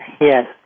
Yes